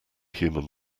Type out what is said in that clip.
human